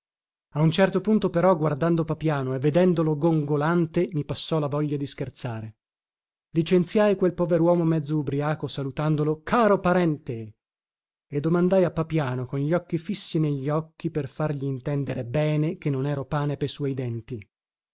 a un certo punto però guardando papiano e vedendolo gongolante mi passò la voglia di scherzare licenziai quel poveruomo mezzo ubriaco salutandolo caro parente e domandai a papiano con gli occhi fissi negli occhi per fargli intender bene che non ero pane pe suoi denti